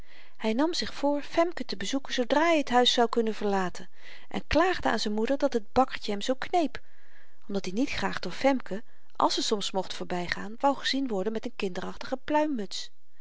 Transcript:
hy nam zich voor femke te bezoeken zoodra hy t huis zou kunnen verlaten en klaagde aan z'n moeder dat het bakkertje hem zoo kneep omdat i niet graag door femke als ze soms mocht voorbygaan wou gezien worden met n